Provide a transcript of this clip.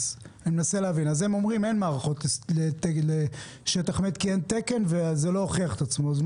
אז הם אומרים שאין מערכות לשטח מת כי אין תקן וזה לא הוכיח את עצמו.